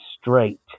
straight